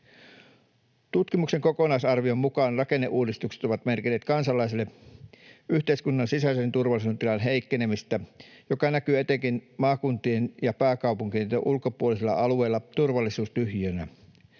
Tutkimuksen kokonaisarvion mukaan rakenneuudistukset ovat merkinneet kansalaisille yhteiskunnan sisäisen turvallisuuden tilan heikkenemistä, joka näkyy etenkin maakuntien ja pääkaupunkiseudun ulkopuolisella alueella turvallisuustyhjiönä